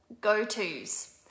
go-tos